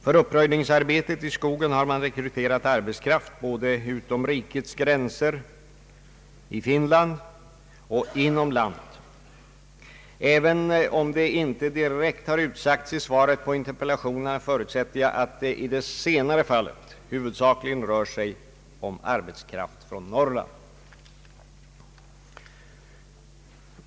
För uppröjningsarbetet i skogen har man rekryterat arbetskraft både utom rikets gränser — främst i Finland — och inom vårt eget land. Även om det inte direkt har utsagts i svaret på interpellationerna förutsätter jag att det i senare fallet huvudsakligen rör sig om arbetskraft från Norrland.